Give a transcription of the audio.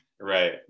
right